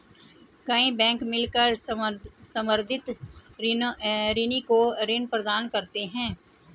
कई बैंक मिलकर संवर्धित ऋणी को ऋण प्रदान करते हैं